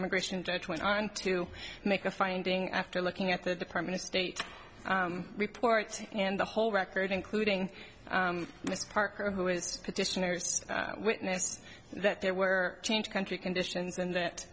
immigration judge went on to make a finding after looking at the department of state report and the whole record including mr parker who was petitioners witnessed that there were change country conditions and that